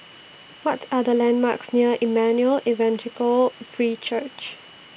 What Are The landmarks near Emmanuel Evangelical Free Church